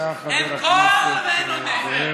אין קול ואין עונה.